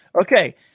Okay